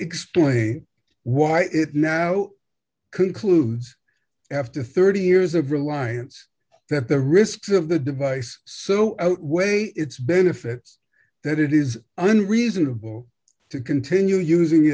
explain why it now concludes after thirty years of reliance that the risks of the device so outweigh its benefits that it is an reasonable to continue using